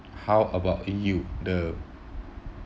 how about you the